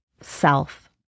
self